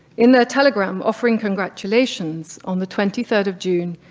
in the telegram, offering congratulations on the twenty third of june,